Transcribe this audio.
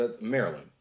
Maryland